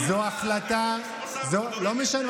זו החלטה, לא משנה.